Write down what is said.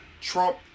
Trump